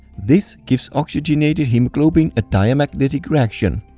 this gives oxygenated hemoglobin a diamagnetic reaction.